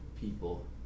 people